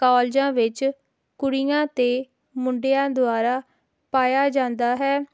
ਕਾਲਜਾਂ ਵਿੱਚ ਕੁੜੀਆਂ ਅਤੇ ਮੁੰਡਿਆਂ ਦੁਆਰਾ ਪਾਇਆ ਜਾਂਦਾ ਹੈ